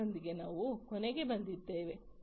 ಇದರೊಂದಿಗೆ ನಾವು ಕೊನೆಗೆ ಬಂದಿದ್ದೇವೆ